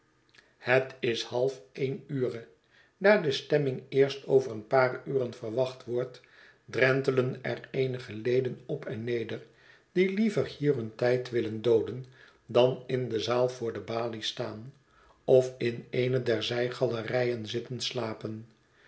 het is half een ure daar de stemming eerst over een paar uren verwacht wordt drentelen er eenige leden op en neder die liever hier hun tijd willen dooden dan in de zaal voor de balie staan of in eene der zij galerijen zitten slapen